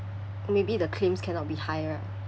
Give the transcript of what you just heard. maybe the claims cannot be higher ah